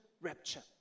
rapture